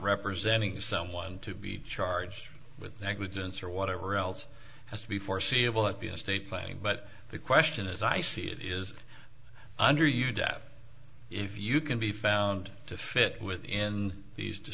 representing someone to be charged with negligence or whatever else has to be foreseeable it be a state playing but the question as i see it is under your dad if you can be found to fit within these